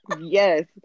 Yes